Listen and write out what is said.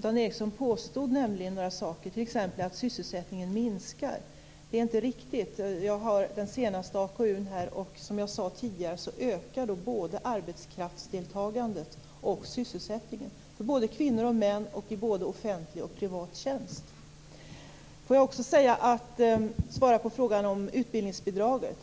Dan Ericsson påstod några saker, t.ex. att sysselsättningen minskar. Det är inte riktigt. Jag har den senaste AKU:n här. Som jag sade tidigare ökar både arbetskraftsdeltagandet och sysselsättningen för både kvinnor och män i både offentlig och privat tjänst. Jag vill också svara på frågan om utbildningsbidragen.